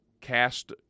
cast